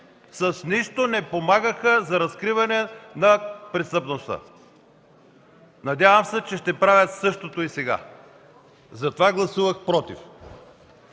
с нищо не помагаха за разкриване на престъпността. Надявам се, че ще правят същото и сега – затова гласувах „против”.